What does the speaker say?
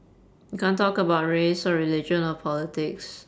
you can't talk about race or religion or politics